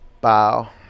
bow